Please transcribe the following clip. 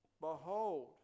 Behold